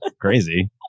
crazy